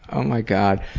oh my god.